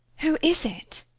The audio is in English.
who is it?